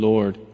Lord